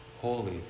holy